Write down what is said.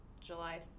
July